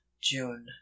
June